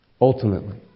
ultimately